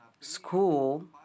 school